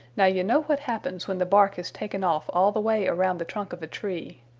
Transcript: now you know what happens when the bark is taken off all the way around the trunk of a tree.